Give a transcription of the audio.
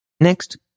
Next